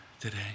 today